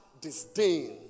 disdain